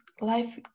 life